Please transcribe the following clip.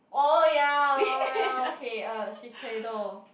oh ya Loreal okay uh Shiseido